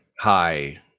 hi